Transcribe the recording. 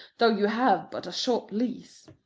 though you have but a short lease.